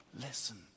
listen